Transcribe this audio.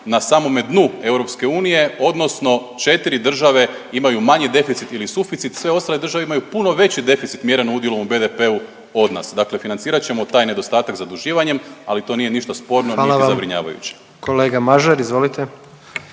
na samome dnu EU odnosno 4 države imaju manji deficit ili suficit, sve ostale države imaju puno veći deficit mjeren udjelom u BDP-u od nas, dakle financirat ćemo taj nedostatak zaduživanjem, ali to nije ništa sporno…/Upadica predsjednik: Hvala vam./… niti zabrinjavajuće.